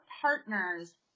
partners